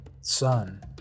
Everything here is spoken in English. son